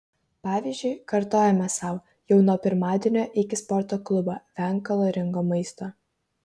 pavyzdžiui kartojame sau jau nuo pirmadienio eik į sporto klubą venk kaloringo maisto